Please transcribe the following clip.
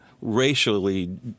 racially